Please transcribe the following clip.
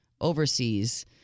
overseas